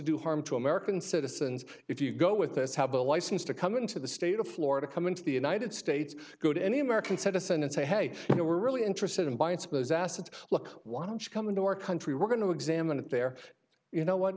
do harm to american citizens if you go with us have a license to come into the state of florida come into the united states go to any american citizen and say hey you know we're really interested in buying suppose assets look why don't you come into our country we're going to examine it there you know what